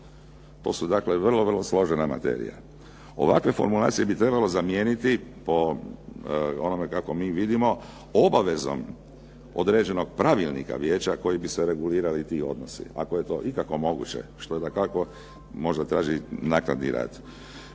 To su dakle vrlo, vrlo složene materije. Ovakve formulacije bi trebalo zamijeniti po onome kako mi vidimo, obavezom određenog pravilnika vijeće kojim bi se regulirali ti odnosi. Ako je to ikako moguće, što dakako možda traži naknadni rad.